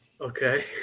Okay